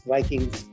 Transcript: Vikings